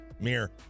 Mirror